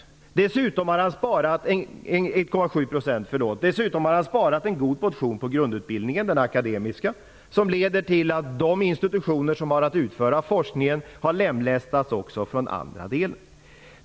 Dessutom har han sparat en god portion på den akademiska grundutbildningen, vilket leder till att de institutioner som har att utföra forskningen har lemlästats också i det andra benet.